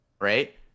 right